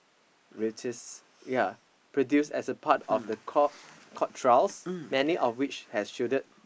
Reuters yea produce as a part of the court court trials many of which has shielded